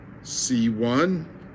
C1